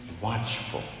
watchful